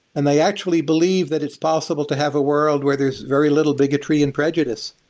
and they actually believe that it's possible to have a world where there's very little bigotry and prejudice.